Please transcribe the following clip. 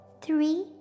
Three